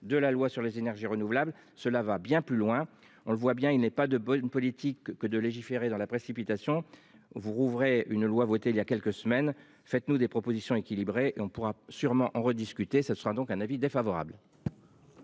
de la loi sur les énergies renouvelables, cela va bien plus loin. On le voit bien, il n'est pas de bonne politique que de légiférer dans la précipitation vous rouvrez une loi votée il y a quelques semaines. Faites-nous des propositions équilibrées et on pourra sûrement en rediscuter. Ce sera donc un avis défavorable.